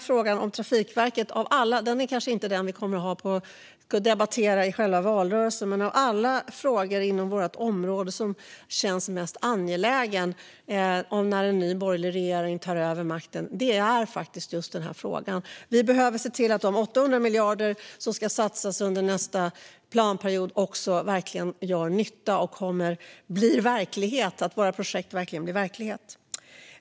Frågan om Trafikverket är kanske inte något som kommer att debatteras i själva valrörelsen, men av alla frågor inom vårt område är just detta den fråga som känns mest angelägen när en ny borgerlig regering tar över makten. Vi behöver se till att de 800 miljarder som ska satsas under nästa planperiod verkligen gör nytta och att projekten blir verklighet.